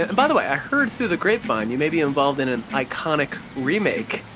and by the way, i heard through the grapevine, you may be involved in an iconic remake.